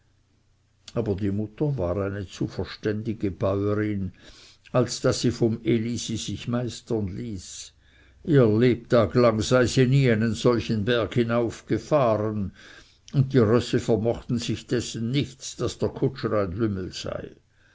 aber die mutter war eine zu verständige bäurin als daß sie vom elisi sich meistern ließ ihr leben lang sei sie nie einen solchen berg hinaufgefahren und die rosse vermöchten sich dessen nichts daß der kutscher ein lümmel sei